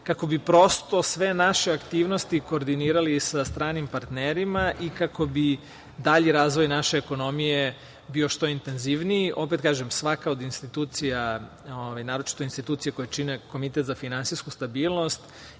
kako bi, prosto sve naše aktivnosti koordinirali sa stranim partnerima i kako bi dalji razvoj naše ekonomije bio što intenzivniji. Opet kažem, svaka od institucija, naročito institucija koje čine Komitet za finansijsku stabilnost